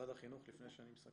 משרד החינוך, לפני שאני מסכם.